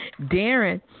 Darren